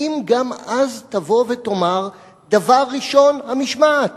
האם גם אז תבוא ותאמר: דבר ראשון, המשמעת,